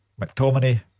McTominay